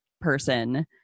person